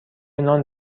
نان